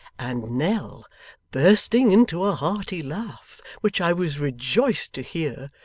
and nell bursting into a hearty laugh, which i was rejoiced to hear,